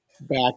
back